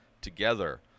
together